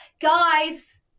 Guys